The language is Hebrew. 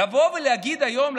לבוא ולהגיד היום,